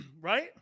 Right